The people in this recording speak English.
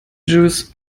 juice